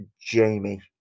jamie